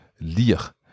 Lire